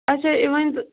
اَچھا یہِ ؤنۍتو